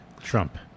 Trump